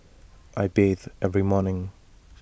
I bathe every morning